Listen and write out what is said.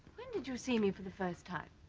when did you see me for the first time?